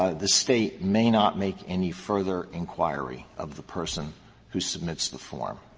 ah the state may not make any further inquiry of the person who submits the form.